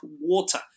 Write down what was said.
water